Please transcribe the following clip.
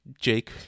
Jake